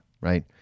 right